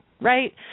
right